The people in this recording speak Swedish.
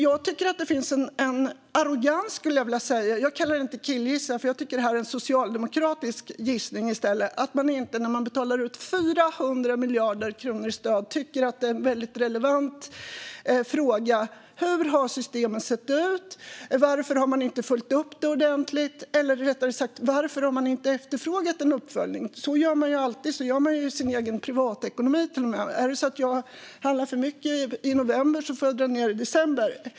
Jag tycker att det finns en arrogans - jag kallar det inte för att killgissa; jag tycker i stället att det är en socialdemokratisk gissning - när man betalar ut 400 miljarder kronor i stöd och inte tycker att det är en väldigt relevant fråga hur systemet har sett ut. Varför har man inte har följt upp det ordentligt? Eller rättare sagt: Varför har man inte efterfrågat en uppföljning? Så gör man ju alltid. Så gör man till och med i sin egen privatekonomi. Om jag handlar för mycket i november får jag dra ned i december.